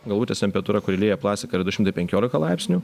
galvutės temperatūra kuri lieja plastiką yra du šimtai penkiolika laipsnių